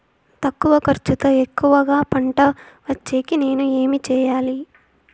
తక్కువ ఖర్చుతో ఎక్కువగా పంట వచ్చేకి నేను ఏమి చేయాలి?